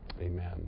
Amen